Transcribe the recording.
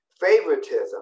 favoritism